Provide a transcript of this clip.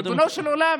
ריבונו של עולם,